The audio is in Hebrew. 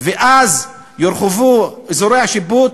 ואז יורחבו אזורי השיפוט,